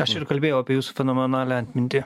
aš ir kalbėjau apie jūsų fenomenalią atmintį